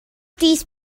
these